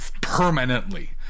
permanently